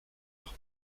leur